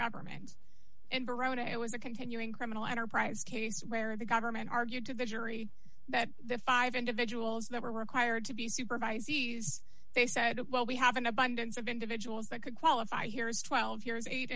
government and verona it was the continuing criminal enterprise case where the government argued to the jury that the five individuals that were required to be supervised they said well we have an abundance of individuals that could qualify here is twelve years eight